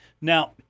Now